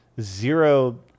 zero